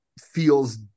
feels